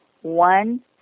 One